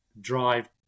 drive